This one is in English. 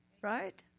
right